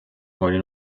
heute